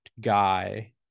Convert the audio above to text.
guy